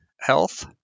health